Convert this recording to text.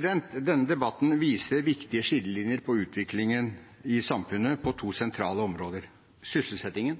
Denne debatten viser viktige skillelinjer i utviklingen i samfunnet på to sentrale områder. Når det gjelder sysselsettingen: